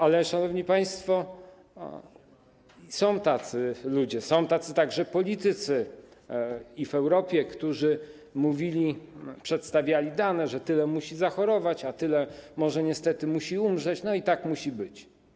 Ale, szanowni państwo, są tacy ludzie, są tacy politycy w Europie, którzy mówili, przedstawiali dane, że tyle musi zachorować, a tyle niestety musi umrzeć i tak musi być.